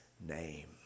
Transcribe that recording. name